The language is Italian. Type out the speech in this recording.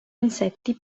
insetti